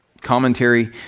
commentary